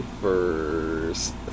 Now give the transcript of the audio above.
first